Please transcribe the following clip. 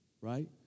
right